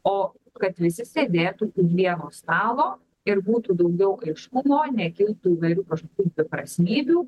o kad visi sėdėtų prie vieno stalo ir būtų daugiau aiškumo nekiltų įvairių kažkokių dviprasmybių